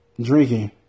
drinking